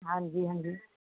ਹਾਂਜੀ ਹਾਂਜੀ